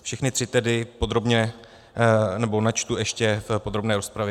Všechny tři tedy podrobně načtu ještě v podrobné rozpravě.